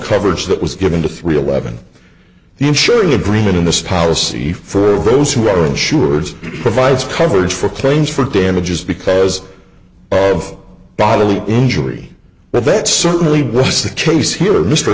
coverage that was given to three eleven the ensuring agreement in this policy for those who are insured provides coverage for claims for damages because of bodily injury but that certainly was the case here